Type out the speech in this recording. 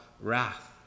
wrath